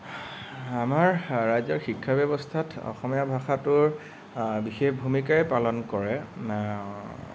আমাৰ ৰাজ্যৰ শিক্ষা ব্যৱস্থাত অসমীয়া ভাষাটোৰ বিশেষ ভূমিকাই পালন কৰে